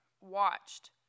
watched